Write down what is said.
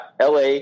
LA